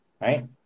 Right